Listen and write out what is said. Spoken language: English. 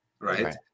right